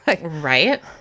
Right